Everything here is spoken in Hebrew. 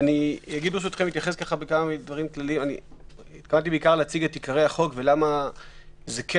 התכוונתי להציג את עיקרי החוק ולמה זה לא